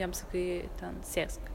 jam sakai ten sėsk